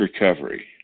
recovery